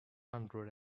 hundred